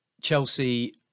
Chelsea